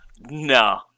No